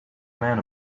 man